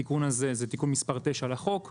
התיקון הזה הוא תיקון מס' 9 לחוק,